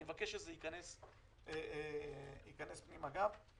אני מבקש שזה ייכנס פנימה גם.